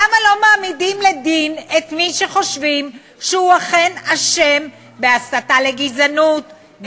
למה לא מעמידים לדין את מי שחושבים שהוא אכן אשם בהסתה לגזענות,